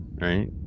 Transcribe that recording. right